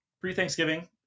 pre-thanksgiving